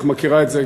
בטח את מכירה את זה,